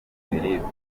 biribwa